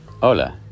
Hola